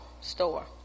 store